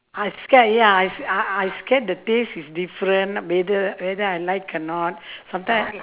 I scared ya I I scared the taste is different whether whether I like or not sometime